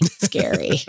scary